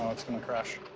it's going to crash.